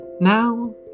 Now